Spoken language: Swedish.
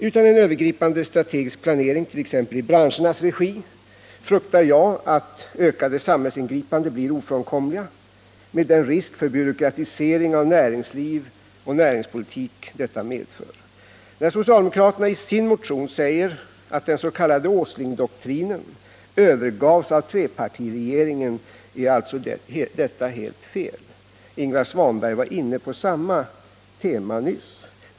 Utan en övergripande strategisk planering, t.ex. i branschernas egen regi, fruktar jag att ökade samhällsingripanden blir ofrånkomliga, med den risk för byråkratisering av näringsliv och näringspolitik som detta medför. När socialdemokraterna i sin motion säger att den s.k. Åslingdoktrinen övergavs av trepartiregeringen är alltså detta påstående helt felaktigt. Ingvar Svanberg var inne på samma tema nyss.